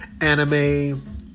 anime